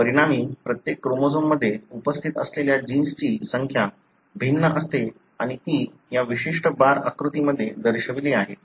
परिणामी प्रत्येक क्रोमोझोम्समध्ये उपस्थित असलेल्या जिन्सची संख्या भिन्न असते आणि ती या विशिष्ट बार आकृतीमध्ये दर्शविली आहे